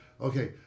okay